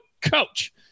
COACH